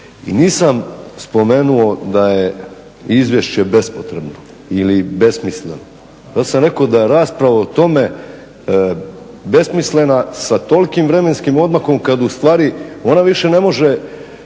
I nisam spomenuo da je izvješće bespotrebno ili besmisleno. Ja sam rekao da je rasprava o tome besmislena sa tolikim vremenskim odmakom kad u stvari ona više ne može